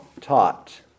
taught